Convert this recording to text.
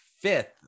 fifth